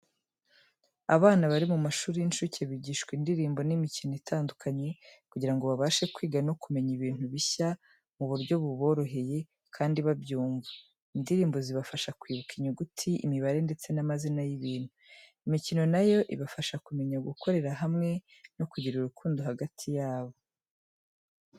Abana bari mu mashuri y'incuke bigishwa indirimbo n'imikino itandukanye kugira ngo babashe kwiga no kumenya ibintu bishya mu buryo buboroheye kandi babyumva. Indirimbo zibafasha kwibuka inyuguti, imibare ndetse n'amazina y'ibintu. Imikino na yo ibafasha kumenyi gukorera hamwe no kugira urukundo hagati yabo.